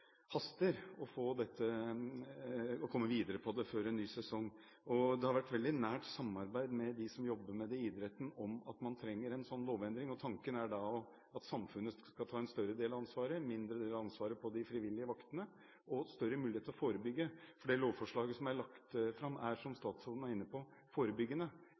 haster å komme videre med før en ny sesong. Det har vært et veldig nært samarbeid med dem som jobber med dette innen idretten, om at man trenger en lovendring. Tanken er at samfunnet skal ta en større del av ansvaret – en mindre del av ansvaret legges på de frivillige vaktene – og få større mulighet til å forebygge. Det lovforslaget som er lagt fram, er – som statsråden var inne på – forebyggende.